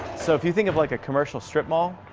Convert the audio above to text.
so, if you think of like a commercial strip mall,